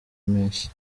mpeshyi